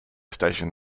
station